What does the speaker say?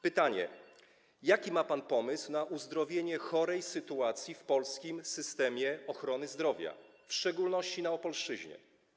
Pytanie: Jaki ma pan pomysł na uzdrowienie chorej sytuacji w polskim systemie ochrony zdrowia, w szczególności na Opolszczyźnie?